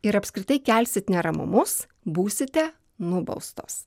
ir apskritai kelsit neramumus būsite nubaustos